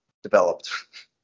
developed